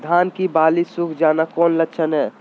धान की बाली सुख जाना कौन लक्षण हैं?